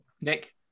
Nick